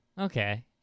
Okay